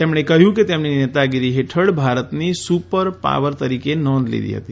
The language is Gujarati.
તેમણે કહ્યું કે તેમની નેતાગીરી હેઠળ ભારતની સુપર પાવર તરીકે નોંધ લીધી હતી